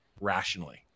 rationally